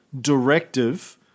directive